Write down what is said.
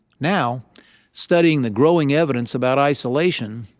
now studying the growing evidence about isolation,